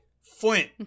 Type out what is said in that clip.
Flint